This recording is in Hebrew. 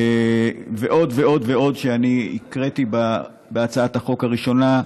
ועוד ועוד ועוד, אני הקראתי בהצעת החוק הראשונה.